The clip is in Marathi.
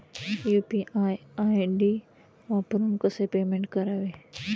यु.पी.आय आय.डी वापरून कसे पेमेंट करावे?